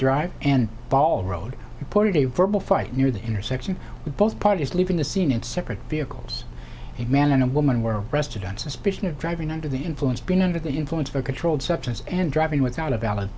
drive and paul road ordered a verbal fight near the intersection with both parties leaving the scene in separate vehicles a man and woman were arrested on suspicion of driving under the influence being under the influence of a controlled substance and driving without a valid